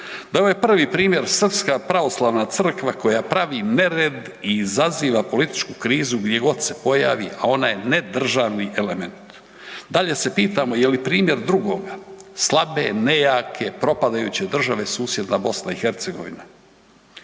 da ovaj primjer Srpska pravoslavna crkva koja pravi nered i izaziva političku krizu gdje god se pojavi, a ona je ne državni element. Dalje se pitamo je li primjer drugoga slabe, nejake, propadajuće države susjedna BiH? Na koncu, ova